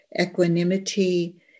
Equanimity